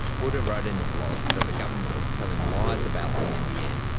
but wrote in a blog that the government was telling lies about the nbn,